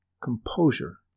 composure